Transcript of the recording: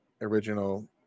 original